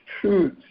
truth